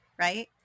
Right